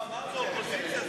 לא, אמרנו אופוזיציה,